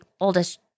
oldest